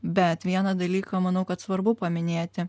bet vieną dalyką manau kad svarbu paminėti